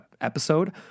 episode